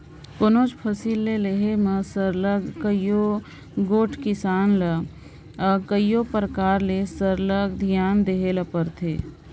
कोनोच फसिल ल लेहे में सरलग कइयो गोट किसान ल कइयो परकार ले सरलग धियान देहे ले परथे